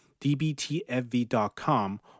dbtfv.com